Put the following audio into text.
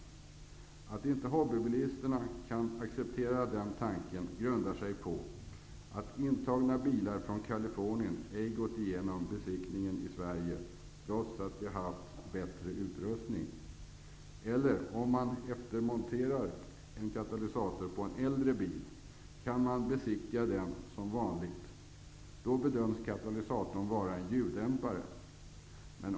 Anledningen till att hobbybilisterna inte kan acceptera den tanken är det faktum att bilar som tagits in från Kalifornien inte gått igenom besiktningen i Sverige, trots att de haft bättre utrustning. Om man eftermonterar en katalysator på en äldre bil kan man besiktiga den som vanligt. Då bedöms katalysatorn vara en ljuddämpare.